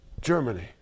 Germany